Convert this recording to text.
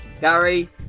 Gary